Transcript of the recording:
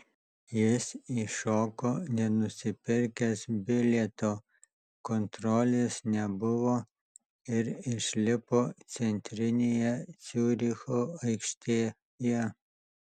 jis įšoko nenusipirkęs bilieto kontrolės nebuvo ir išlipo centrinėje ciuricho aikštėje